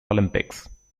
olympics